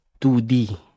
2D